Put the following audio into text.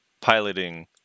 piloting